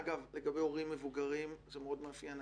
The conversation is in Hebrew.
אגב, לגבי הורים מבוגרים זה מאוד מאפיין.